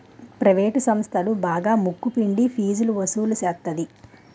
private సంస్థలు బాగా ముక్కు పిండి ఫీజు వసులు సేత్తది